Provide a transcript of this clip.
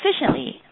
efficiently